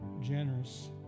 generous